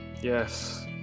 Yes